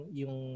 yung